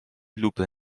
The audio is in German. lupe